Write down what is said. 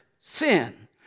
sin